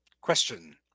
Question